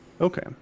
Okay